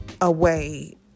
away